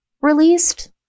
released